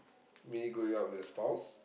me going otu with the spouse